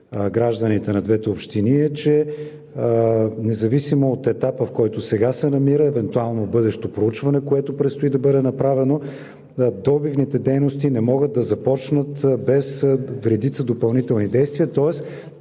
гражданите на двете общини, е, че независимо от етапа, в който сега се намира евентуалното бъдещо проучване, което предстои да бъде направено, добивните дейности не могат да започнат без редица допълнителни действия, тоест